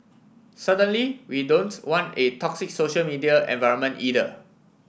certainly we don't want a toxic social media environment either